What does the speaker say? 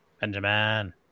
Benjamin